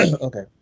Okay